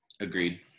agreed